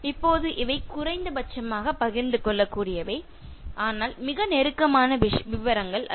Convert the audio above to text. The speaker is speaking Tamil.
இப்போது இவை நீங்கள் குறைந்தபட்சமாக பகிர்ந்து கொள்ளக்கூடியவை ஆனால் மிக நெருக்கமான விவரங்கள் அல்ல